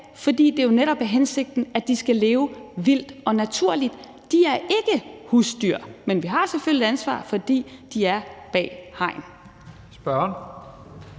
fordi det jo netop er hensigten, at de skal leve vildt og naturligt. De er ikke husdyr, men vi har selvfølgelig et ansvar, fordi de er bag hegn. Kl.